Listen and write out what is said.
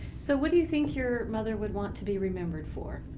so what do you think your mother would want to be remembered for?